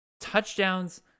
touchdowns